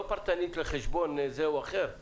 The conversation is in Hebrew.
לא פרטנית לחשבון זה או אחר.